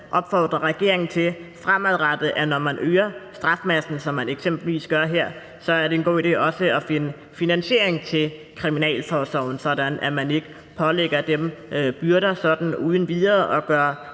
opfordre regeringen til fremadrettet, når man øger strafmassen, som man eksempelvis gør her, også at finde finansiering til kriminalforsorgen, så man ikke uden videre pålægger dem byrder og gør